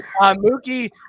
Mookie